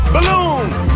Balloons